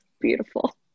beautiful